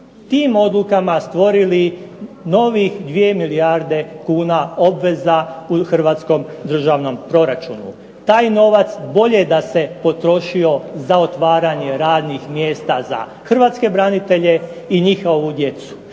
tim odlukama stvorili novih 2 milijarde kuna obveza u hrvatskom državnom proračunu. Taj novac bolje da se potrošio za otvaranje radnih mjesta za hrvatske branitelje i njihovu djecu.